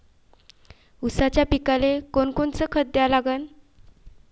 ऊसाच्या पिकाले कोनकोनचं खत द्या लागन?